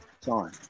time